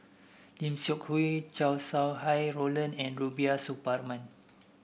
Lim Seok Hui Chow Sau Hai Roland and Rubiah Suparman